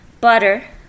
butter